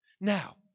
Now